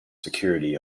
security